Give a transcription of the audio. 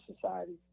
society